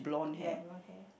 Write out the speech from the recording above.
yes brown hair